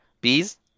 Bees